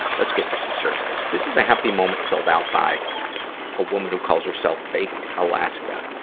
let's get to some surveys. this is a happy moment filled out by a woman who calls herself baked alaska.